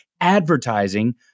advertising